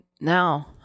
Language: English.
now